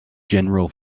general